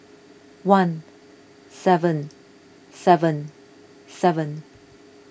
one seven seven seven